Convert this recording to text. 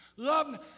Love